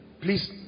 please